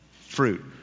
Fruit